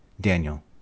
Daniel